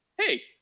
Hey